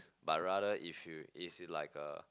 but rather if you it's like a